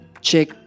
check